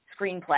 screenplay